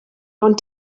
ond